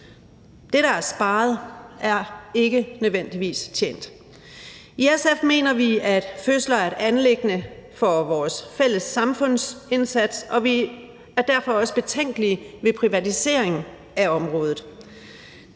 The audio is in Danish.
Det, der er sparet, er ikke nødvendigvis tjent. I SF mener vi, at fødsler er et anliggende for vores fælles samfundsindsats, og vi er derfor også betænkelige ved privatisering af området.